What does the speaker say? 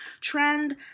trend